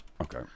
Okay